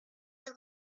del